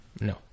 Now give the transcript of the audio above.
No